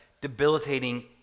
debilitating